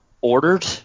ordered